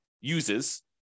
uses